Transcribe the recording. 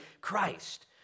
Christ